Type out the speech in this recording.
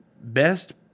best